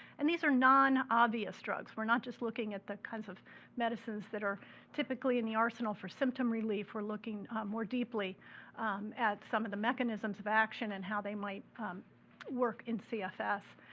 and these are non-obvious drugs we're not just looking at the kinds of medicines that are typically in the arsenal for symptom relief, if we're looking more deeply at some of the mechanisms of action and how they might work in cfs.